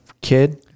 kid